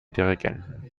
dirigenten